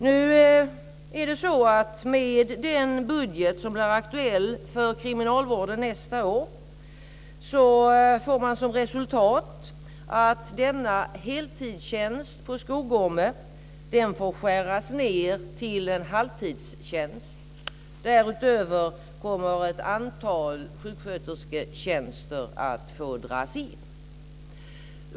Nu är det så att med den budget som blir aktuell för kriminalvården nästa år får man som resultat att denna heltidstjänst på Skogome får skäras ned till en halvtidstjänst. Därutöver kommer ett antal sjukskötersketjänster att få dras in.